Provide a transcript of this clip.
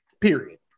period